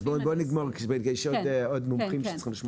אז בואי נגמור כי יש עוד מומחים שצריכים לשמוע.